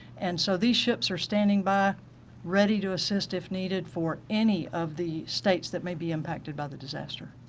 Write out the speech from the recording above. and so these ships are standing by ready to assist if needed for any of the states that might be impacted by the disaster.